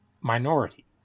minority